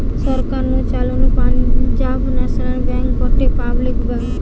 সরকার নু চালানো Punjab national bank গটে পাবলিক ব্যাঙ্ক